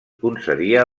concedia